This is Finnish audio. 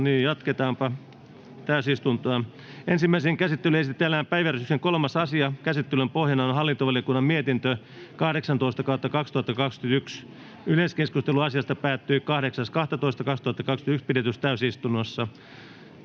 Time: N/A Content: Ensimmäiseen käsittelyyn esitellään päiväjärjestyksen 3. asia. Käsittelyn pohjana on hallintovaliokunnan mietintö HaVM 18/2021 vp. Yleiskeskustelu asiasta päättyi 8.12.2021 pidetyssä täysistunnossa.